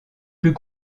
plus